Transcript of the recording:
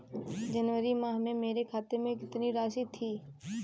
जनवरी माह में मेरे खाते में कितनी राशि थी?